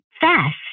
fast